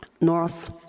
north